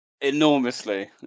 enormously